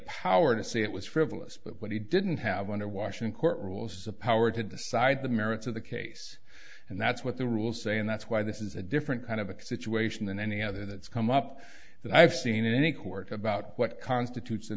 power to say it was frivolous but he didn't have one to wash and court rules the power to decide the merits of the case and that's what the rules say and that's why this is a different kind of a situation than any other that's come up that i've seen in any court about what constitutes